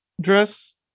Dress